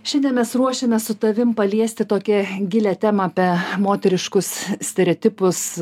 šiandien mes ruošiamės su tavim paliesti tokią gilią temą apie moteriškus stereotipus